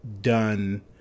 done